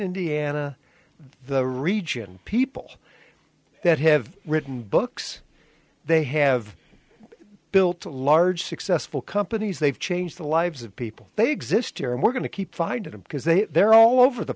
indiana the region people that have written books they have built a large successful companies they've changed the lives of people they exist here and we're going to keep finding him because they they're all over the